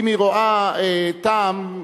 אם היא רואה טעם,